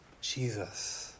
Jesus